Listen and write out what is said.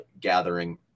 gathering